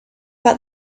but